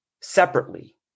separately